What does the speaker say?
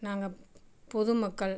நாங்கள் பொதுமக்கள்